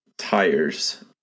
tires